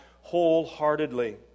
wholeheartedly